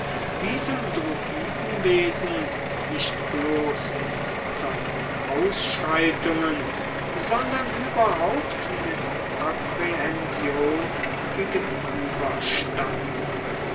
diesem druidenwesen nicht bloß in seinen ausschreitungen sondern überhaupt mit apprehension